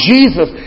Jesus